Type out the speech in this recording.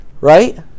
right